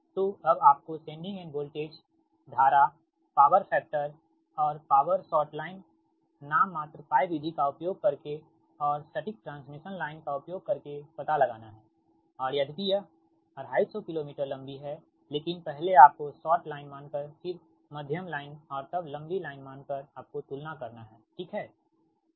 तोअब आपको sending end voltage धारा पॉवर फैक्टर और पॉवर शॉर्ट लाइन नाममात्र π विधि का उपयोग करके और सटीक ट्रांसमिशन लाइन का उपयोग करके पता लगाना है और यधपि यह 250 किलो मीटर लंबी है लेकिन पहले आपको शॉर्ट लाइन मानकर फिर मध्यम लाइन और तब लंबी लाइन मानकर आपको तुलना करना हैं ठीक हैं